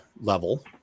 level